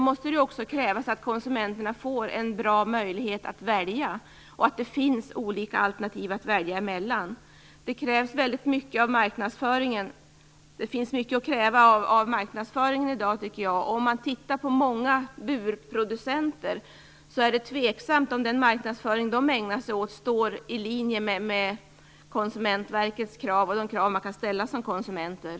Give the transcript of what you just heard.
Då måste det också krävas att konsumenterna får en bra möjlighet att välja och att det finns olika alternativ att välja emellan. Jag tycker att det finns väldigt mycket att kräva av marknadsföringen i dag. Det är tveksamt om den marknadsföring som många burproducenter ägnar sig åt överensstämmer med Konsumentverkets krav och de krav man kan ställa som konsumenter.